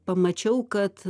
pamačiau kad